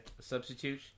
substitute